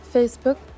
Facebook